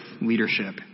leadership